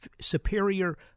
superior